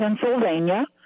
Pennsylvania